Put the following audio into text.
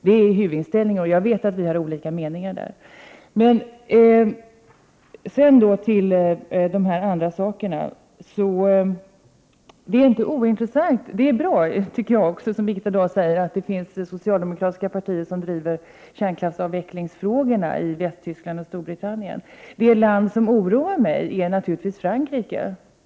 Det är min huvudinställning, men jag vet att vi har olika meningar i det här fallet. Det är bra att det finns socialdemokratiska partier som driver kärnkraftsavvecklingsfrågorna i Västtyskland och Storbritannien. Det land som oroar mig är naturligtvis Frankrike.